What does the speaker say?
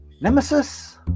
Nemesis